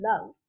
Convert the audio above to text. love